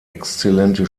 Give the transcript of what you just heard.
exzellente